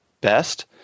best